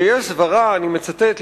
ו"יש סברא" אני מצטט,